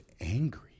angry